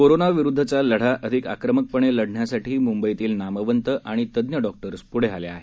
कोरोनाविरूद्धचा लढा अधिक आक्रमकपणे लढण्यासाठी मुंबईतील नामवंत आणि तज्ञ डॉक्टर्स पुढे आले आहेत